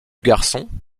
garçon